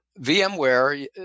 VMware